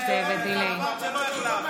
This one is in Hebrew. אבל אמרת שלא יתחלפו.